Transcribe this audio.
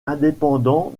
indépendants